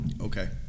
Okay